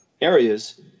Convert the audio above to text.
areas